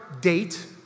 date